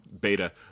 Beta